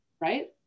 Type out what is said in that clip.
right